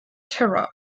terra